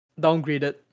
downgraded